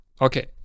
Okay